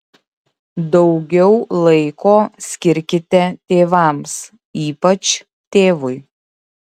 daugiau laiko skirkite tėvams ypač tėvui